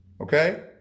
Okay